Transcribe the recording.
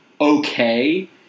okay